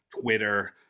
Twitter